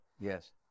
Yes